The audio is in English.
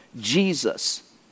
Jesus